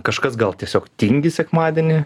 kažkas gal tiesiog tingi sekmadienį